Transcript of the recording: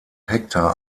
hektar